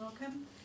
welcome